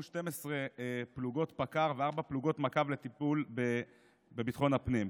12 פלוגות פקע"ר וארבע פלוגות מג"ב לטיפול בביטחון הפנים.